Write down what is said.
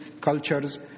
cultures